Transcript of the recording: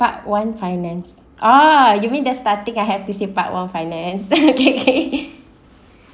part one finance ah you mean that starting I have to say part one finance okay kay